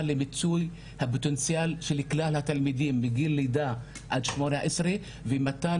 למיצוי הפוטנציאל של כלל התלמידים מגיל לידה עד 18 ומתן